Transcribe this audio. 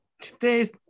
Today's